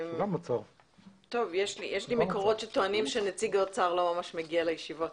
טוב יש לי מקורות שטוענות שנציג האוצר לא ממש מגיע לישיבות.